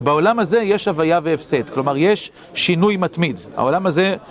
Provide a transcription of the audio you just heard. בעולם הזה יש הוויה והפסד, כלומר יש שינוי מתמיד.העולם הזה...